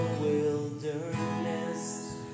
wilderness